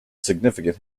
significant